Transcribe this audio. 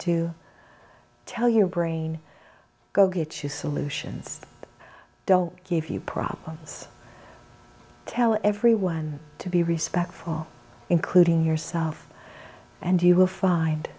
do tell your brain go get your solutions don't give you problems tell everyone to be respectful including yourself and you will find